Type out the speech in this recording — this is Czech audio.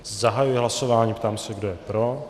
Zahajuji hlasování a ptám se, kdo je pro.